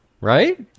right